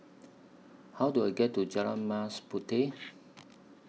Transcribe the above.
How Do I get to Jalan Mas Puteh